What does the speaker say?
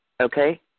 okay